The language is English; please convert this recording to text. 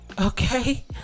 okay